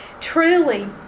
Truly